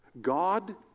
God